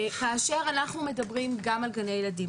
כאשר אנחנו מדברים גם על גני ילדים,